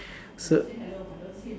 so